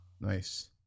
Nice